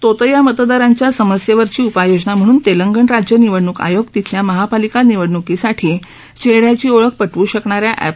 तोतया मतदारांच्या समस्येवरची उपाययोजना म्हणून तेलंगणा राज्य निवडणूक आयोग तिथल्या महापालिका निवडणूकीसाठी चेहऱ्याची ओळख पटव् शकणाऱ्या एपचा वापर करणार आहेत